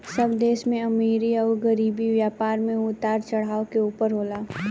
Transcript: सब देश में अमीरी अउर गरीबी, व्यापार मे उतार चढ़ाव के ऊपर होला